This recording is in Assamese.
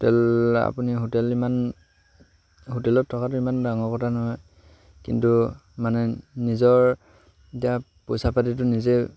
হোটেল আপুনি হোটেল ইমান হোটেলত থকাটো ইমান ডাঙৰ কথা নহয় কিন্তু মানে নিজৰ এতিয়া পইচা পাতিটো নিজে